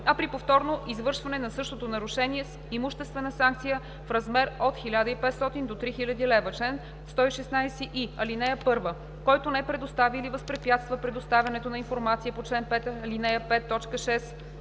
а при повторно извършване на същото нарушение – с имуществена санкция в размер от 1500 до 3000 лв. Чл. 116и. (1) Който не предостави или възпрепятства предоставянето на информация по чл. 5, ал. 5,